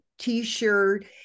t-shirt